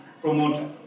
promoter